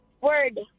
Word